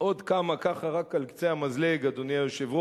עוד כמה, רק על קצה המזלג, אדוני היושב-ראש,